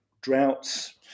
droughts